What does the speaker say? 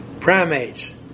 primates